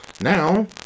Now